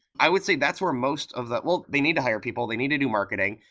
i would say that's where most of that well they need to hire people, they need to do marketing,